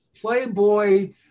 Playboy